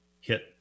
hit